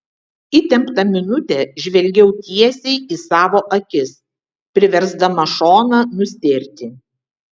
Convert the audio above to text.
įtemptą minutę žvelgiau tiesiai į savo akis priversdama šoną nustėrti